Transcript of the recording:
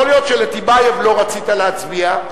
יכול להיות שלטיבייב לא רצית להצביע,